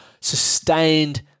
sustained